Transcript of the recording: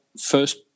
first